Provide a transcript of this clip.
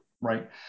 right